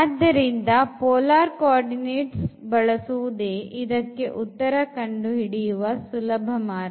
ಆದ್ದರಿಂದ polar coordinate ಬಳಸುವುದೇ ಇದಕ್ಕೆ ಉತ್ತರ ಕಂಡು ಹಿಡಿಯುವ ಸುಲಭ ಮಾರ್ಗ